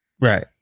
Right